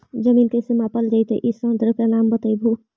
जमीन कैसे मापल जयतय इस यन्त्र के नाम बतयबु?